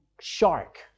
shark